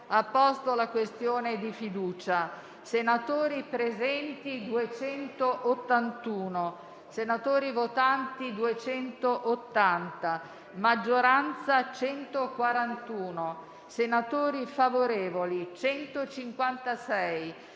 ha posto la questione di fiducia: